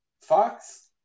Fox